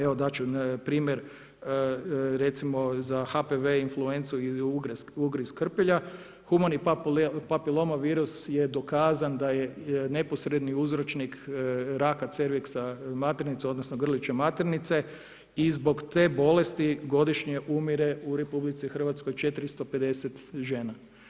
Evo dat ću primjer recimo za HPV-e influencu ili ugriz krpelja, humani papiloma virus je dokazan da je neposredni uzročnik raka cerviksa maternice odnosno grlića maternice i zbog te bolesti godišnje umire u Republici Hrvatskoj 450 žena.